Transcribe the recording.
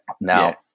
Now